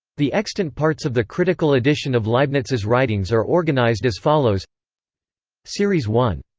the extant parts of the critical edition of leibniz's writings are organized as follows series one.